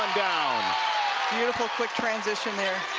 down beautiful quick transition there